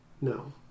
No